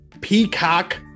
peacock